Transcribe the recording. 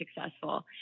successful